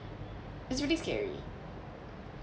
it's really scary